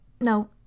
No